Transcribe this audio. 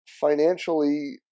financially